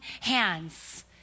hands